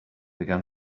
began